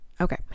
okay